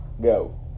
go